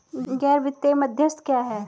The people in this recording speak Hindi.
गैर वित्तीय मध्यस्थ क्या हैं?